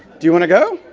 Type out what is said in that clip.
do you want to go?